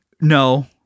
no